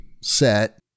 set